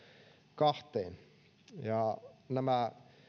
kahteen nämä